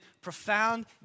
profound